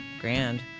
Grand